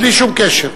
בלי שום קשר.